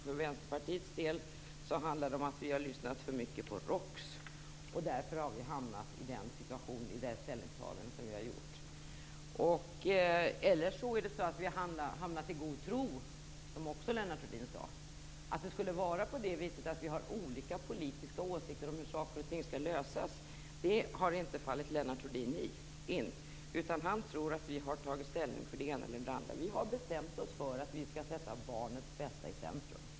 För Vänsterpartiets del handlar det om att vi har lyssnat för mycket på ROKS och därför har vi tagit ställning på det sätt som vi har gjort. Eller också har vi handlat i god tro, som Lennart Rohdin också sade. Att det skulle vara på det viset att vi har olika politiska åsikter om hur saker och ting skall lösas har inte fallit Lennart Rohdin in. Han tror att vi har tagit ställning för det ena eller det andra. Vi har bestämt oss för att vi skall sätta barnens bästa i centrum.